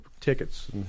Tickets